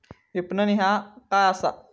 विपणन ह्या काय असा?